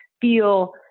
feel